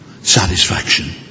satisfaction